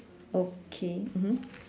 okay mmhmm